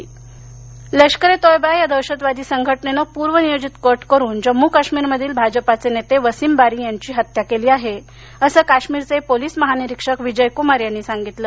जम्म काश्मीर लष्करे तोयबा या दहशतवादी संघटनेनं पूर्वनियोजित कट करून जम्मू काश्मीरमधील भाजपाचे नेते वसीम बारी यांची हत्या केली आहे असं काश्मीरचे पोलीस महानिरीक्षक विजयकुमार यांनी सांगितलं